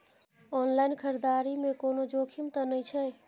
Online खरीददारी में कोनो जोखिम त नय छै?